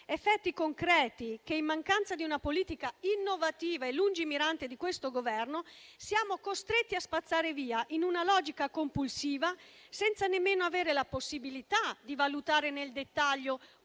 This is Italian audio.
effetti concreti che, in mancanza di una politica innovativa e lungimirante di questo Governo, siamo costretti a spazzare via in una logica compulsiva, senza nemmeno avere la possibilità di valutare nel dettaglio